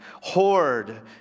hoard